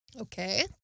Okay